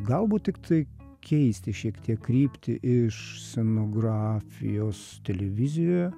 galbūt tiktai keisti šiek tiek kryptį iš scenografijos televizijoje